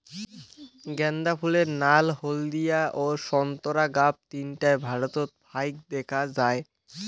গ্যান্দা ফুলের নাল, হলদিয়া ও সোন্তোরা গাব তিনটায় ভারতত ফাইক দ্যাখ্যা যায়